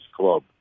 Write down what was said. Club